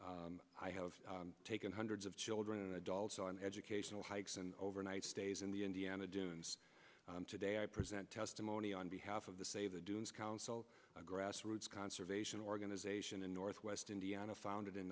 i have taken hundreds of children and adults on educational hikes and overnight stays in the indiana dunes today i present testimony on behalf of the save the dunes council a grassroots conservation organization in northwest indiana founded in